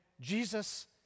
Jesus